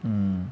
mm